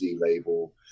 label